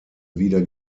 wieder